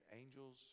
angels